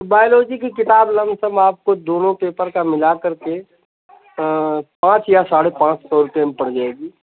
biology का किताब lump sum आपको दोनों पेपर का मिला करके पाँच या साढ़े पाँच सौ रुपये में पड़ जाएगी